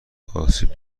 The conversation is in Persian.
آسیب